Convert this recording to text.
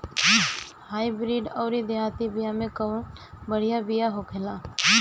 Hybrid अउर देहाती बिया मे कउन बढ़िया बिया होखेला?